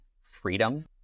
freedom